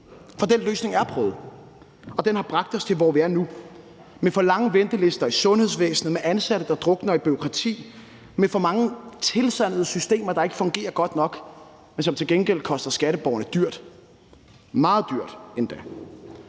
for den løsning er prøvet, og den har bragt os til, hvor vi er nu, med for lange ventelister i sundhedsvæsenet, med ansatte, der drukner i bureaukrati, med for mange tilsandede systemer, der ikke fungerer godt nok, men som til gengæld koster skatteborgerne dyrt – meget dyrt endda.